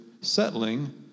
settling